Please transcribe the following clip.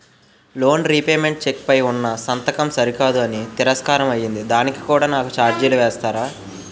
Loan repayment cheque పై ఉన్నా సంతకం సరికాదు అని తిరస్కారం అయ్యింది దానికి కూడా నాకు ఛార్జీలు వేస్తారా?